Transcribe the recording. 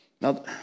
Now